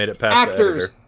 actors